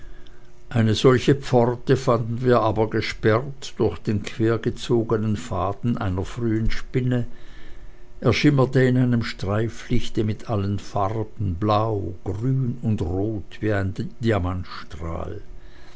eine solche pforte fanden wir aber gesperrt durch den quergezogenen faden einer frühen spinne er schimmerte in einem streiflichte mit allen farben blau grün und rot wie ein